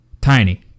Tiny